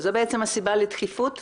זו בעצם הסיבה לדחיפות?